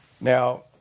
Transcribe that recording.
Now